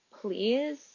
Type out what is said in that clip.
please